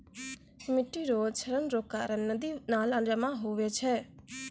मिट्टी रो क्षरण रो कारण नदी नाला जाम हुवै छै